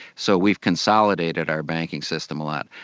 so we've consolidated our banking system a lot.